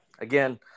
Again